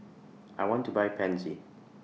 I want to Buy Pansy